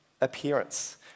appearance